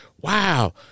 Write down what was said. Wow